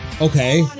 Okay